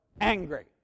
angry